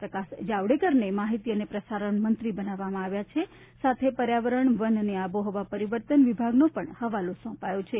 પ્રકાશ જાવડેકરને માહિતી અને પ્રસારણ મંત્રી બનાવવામાં આવ્યા છે સાથે પર્યાવરણ વન અને આબોહવા પરિવર્તન વિભાગનો પણ હવાલો સોંપાયો છે